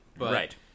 Right